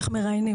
איך מראיינים,